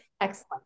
Excellent